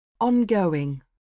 Ongoing